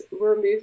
remove